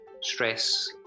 stress